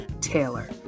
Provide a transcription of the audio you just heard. taylor